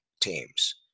teams